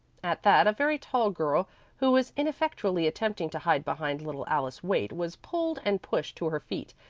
at that a very tall girl who was ineffectually attempting to hide behind little alice waite was pulled and pushed to her feet,